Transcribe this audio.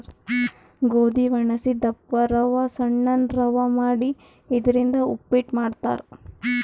ಗೋಧಿ ವಡಸಿ ದಪ್ಪ ರವಾ ಸಣ್ಣನ್ ರವಾ ಮಾಡಿ ಇದರಿಂದ ಉಪ್ಪಿಟ್ ಮಾಡ್ತಾರ್